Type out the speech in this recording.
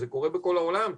זה קורה בכל העולם,